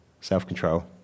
self-control